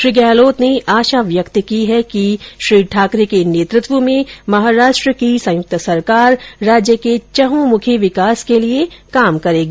श्री गहलोत ने आशा व्यक्त की है कि श्री ठाकरे के नेतृत्व में महाराष्ट्र की संयुक्त सरकार राज्य के चहुंमुखी विकास के लिए कार्य करेगी